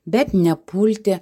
bet nepulti